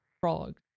Frog